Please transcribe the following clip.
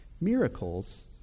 miracles